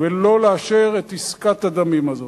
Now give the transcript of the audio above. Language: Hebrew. ולא לאשר את עסקת הדמים הזאת.